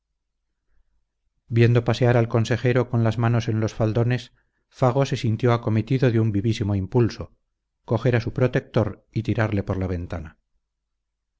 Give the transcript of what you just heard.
viendo pasear al consejero con las manos en los faldones fago se sintió acometido de un vivísimo impulso coger a su protector y tirarle por la ventana